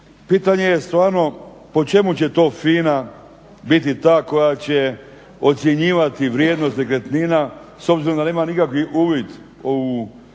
Pitanje je stvarno po čemu će to FINA biti ta koja će ocjenjivati vrijednost nekretnina s obzirom da nema nikakvi uvid u naplatu